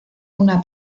una